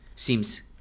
seems